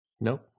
nope